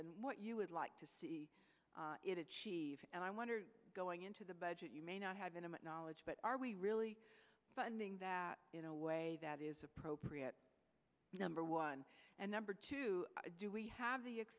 and what you would like to see it achieve and i wonder going into the budget you may not have intimate knowledge but are we really funding that in a way that is appropriate number one and number two do we have the